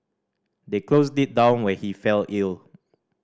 they closed it down when he fell ill